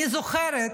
אני זוכרת